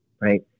right